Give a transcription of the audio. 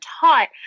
taught